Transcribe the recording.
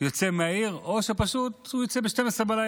יוצא מהעיר, או שפשוט הוא יוצא ב-24:00,